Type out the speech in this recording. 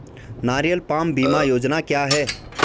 नारियल पाम बीमा योजना क्या है?